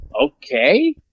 okay